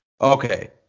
Okay